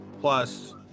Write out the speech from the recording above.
plus